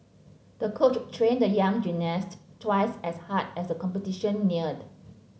the coach trained the young gymnast twice as hard as the competition neared